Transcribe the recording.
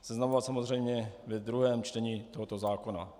Seznamovat samozřejmě ve druhém čtení tohoto zákona.